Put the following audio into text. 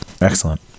Excellent